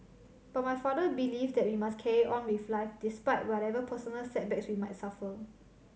but my father believes that we must carry on with life despite whatever personal setbacks we might suffer